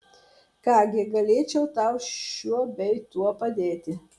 ką gi galėčiau tau šiuo bei tuo padėti